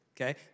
Okay